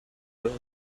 los